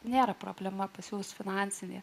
nėra problema pasiūlius finansinė